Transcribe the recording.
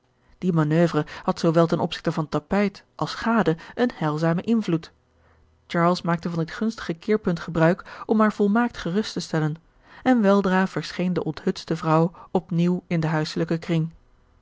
die manoeuvre had zoowel ten opzigte van tapijt als gade een heilzamen invloed charles maakte van dit gunstige keerpunt gebruik om haar volmaakt gerust te stellen en weldra verscheen de onthutste vrouw op nieuw in den huiselijken kring